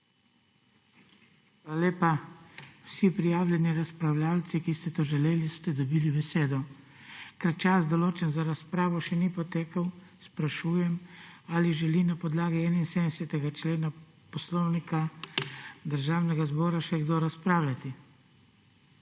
lepa. Vsi prijavljeni razpravljavci, ki ste to želeli, ste dobili besedo. Ker čas, določen za razpravo, še ni potekel, sprašujem, ali želi na podlagi 71. člena Poslovnika Državnega zbor še kdo razpravljati.